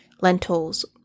lentils